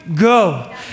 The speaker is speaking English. go